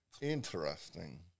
Interesting